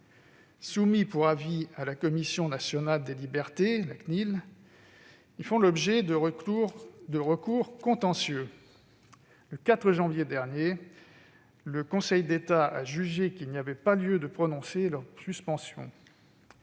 Soumis pour avis à la Commission nationale de l'informatique et des libertés, ils font l'objet de recours contentieux. Le 4 janvier dernier, le Conseil d'État a jugé qu'il n'y avait pas lieu de prononcer leur suspension.